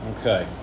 Okay